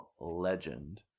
Legend